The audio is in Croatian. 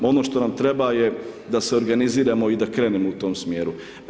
Ono što nam treba je da se organiziramo i da krenemo u tom smjeru.